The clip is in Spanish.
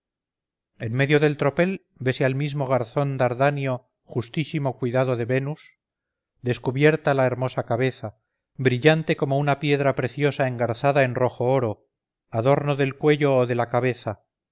medio del tropel vese al mismo garzón dardanio justísimo cuidado de venus descubierta la hermosa cabeza brillante como una piedra preciosa engarzada en rojo oro adorno del cuello o de la cabeza